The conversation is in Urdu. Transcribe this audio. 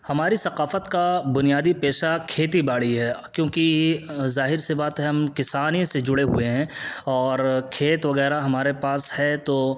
ہماری ثقافت کا بنیادی پیشہ کھیتی باڑی ہے کیونکہ ظاہر سی بات ہے ہم کسانی سے جڑے ہوئے ہیں اور کھیت وغیرہ ہمارے پاس ہے تو